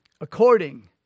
according